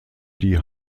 die